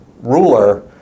ruler